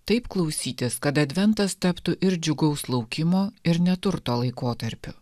taip klausytis kad adventas taptų ir džiugaus laukimo ir neturto laikotarpiu